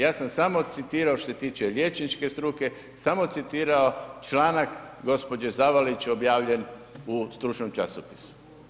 Ja sam samo citirao što se tiče liječničke struke, samo citirao članak gđe. Zavalić objavljen u stručnom časopisu.